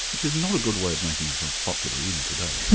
which is not a good way of making yourself popular, even today.